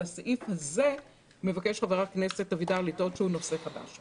על הסעיף הזה מבקש חבר הכנסת אבידר לטעון שהוא נושא חדש.